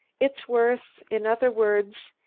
it's worth in other words,